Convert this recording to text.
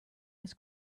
his